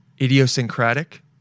idiosyncratic